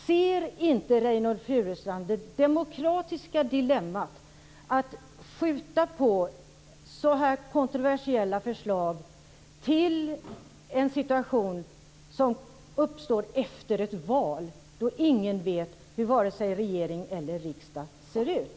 Ser inte Reynoldh Furustrand det demokratiska dilemmat i att skjuta upp behandlingen av så här kontroversiella förslag till en situation som uppstår efter ett val? Ingen vet hur vare sig regering eller riksdag då ser ut.